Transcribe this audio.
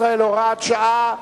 לישראל (הוראת שעה),